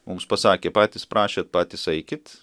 mums pasakė patys prašėt patys eikit